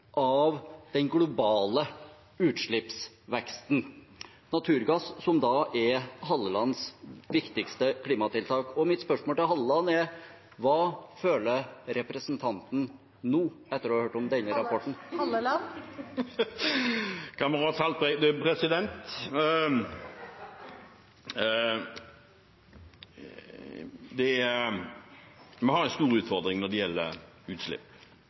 av den globale utslippsveksten – naturgass, som da er Hallelands viktigste klimatiltak. Mitt spørsmål til Halleland er: Hva føler representanten nå, etter å ha hørt om denne rapporten? Vi har en stor utfordring når det gjelder utslipp. Så har vi også en stor utfordring